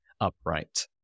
upright